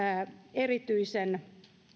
erityisen